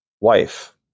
wife